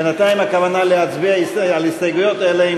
בינתיים הכוונה היא להצביע על ההסתייגויות האלה,